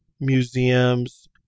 museums